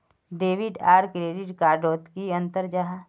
Debit आर credit card डोट की अंतर जाहा?